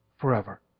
forever